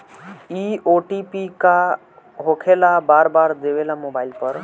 इ ओ.टी.पी का होकेला बार बार देवेला मोबाइल पर?